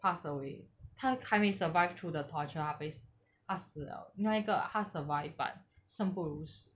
pass away 还没 survived through the torture 他被他死了另外一个他 survived but 生不如死